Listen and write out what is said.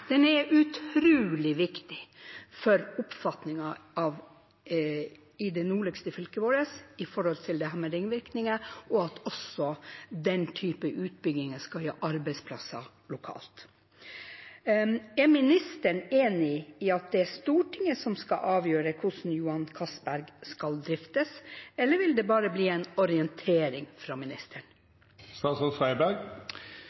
Den er utrolig viktig for oppfatningen i det nordligste fylket vårt med hensyn til dette med ringvirkninger og at den typen utbygginger skal gi arbeidsplasser lokalt. Er ministeren enig i at det er Stortinget som skal avgjøre hvordan Johan Castberg skal driftes, eller vil det bare bli en orientering fra